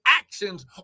actions